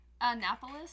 Annapolis